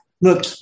Look